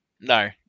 no